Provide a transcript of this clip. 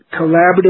collaborative